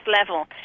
level